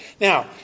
Now